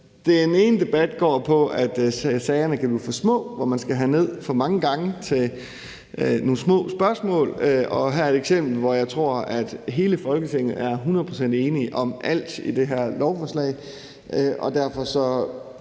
del af debatten går på, at sagerne kan blive for små, og at man skal herned i salen for mange gange til nogle små spørgsmål, og her er et eksempel, hvor jeg tror at hele Folketinget er 100 pct. enige om alt i det her lovforslag.